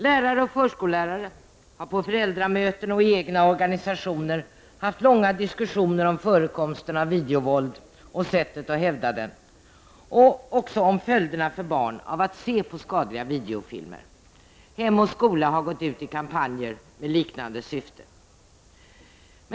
Lärare och förskollärare har på föräldramöten och i sina egna organisationer haft långa diskussioner om förekomsten av videovåld och hur man skall hejda det och också om följderna för barn av att se på skadliga videofilmer. Hemoch Skola har gått ut med kampanjer i liknande syfte.